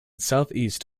southeast